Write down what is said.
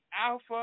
alpha